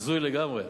הזוי לגמרי.